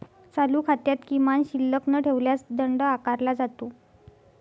चालू खात्यात किमान शिल्लक न ठेवल्यास दंड आकारला जातो